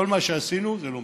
כל מה שעשינו לא מספיק,